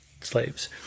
slaves